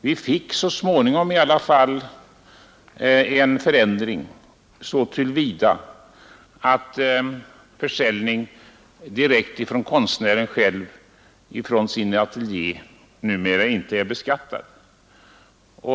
Vi fick så småningom i alla fall en förändring så till vida att försäljning direkt från konstnärens ateljé numera inte är beskattad.